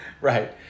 Right